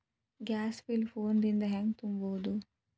Gas bill phone ದಿಂದ ಹ್ಯಾಂಗ ತುಂಬುವುದು?